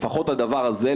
לפחות הדבר הזה,